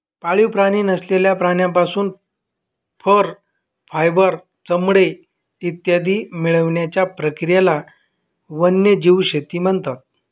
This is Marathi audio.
पाळीव प्राणी नसलेल्या प्राण्यांपासून फर, फायबर, चामडे इत्यादी मिळवण्याच्या प्रक्रियेला वन्यजीव शेती म्हणतात